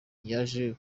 yaje